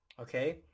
Okay